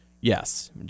Yes